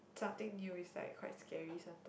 something new is like quite scary sometimes